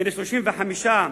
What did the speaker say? בן 35,